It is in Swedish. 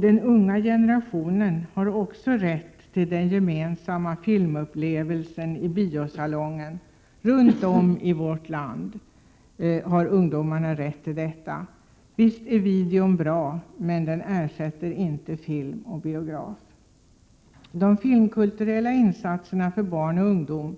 Den unga generationen runt om i landet har också rätt till den gemensamma filmupplevelsen i biosalongen. Videon är bra, men den ersätter inte film och biograf. De filmkulturella insatserna för barn och ungdom